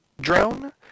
drone